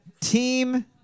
team